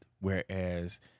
whereas